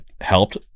helped